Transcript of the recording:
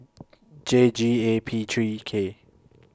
J G A P three K